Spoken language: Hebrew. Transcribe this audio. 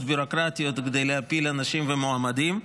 ביורוקרטיות כדי להפיל אנשים ומועמדים.